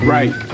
Right